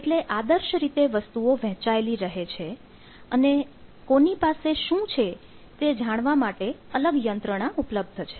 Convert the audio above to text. એટલે આદર્શ રીતે વસ્તુઓ વહેચાયેલી રહે છે અને કોની પાસે શું છે તે જાણવા માટે અલગ યંત્રણા ઉપલબ્ધ રહે છે